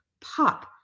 pop